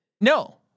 No